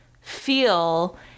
feel